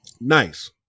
nice